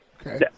Okay